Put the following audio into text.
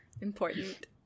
important